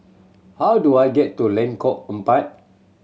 how do I get to Lengkok Empat